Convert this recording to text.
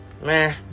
meh